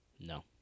No